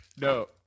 No